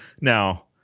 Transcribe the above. now